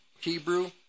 Hebrew